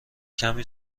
کمی